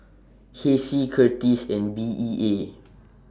Hessie Kurtis and B E A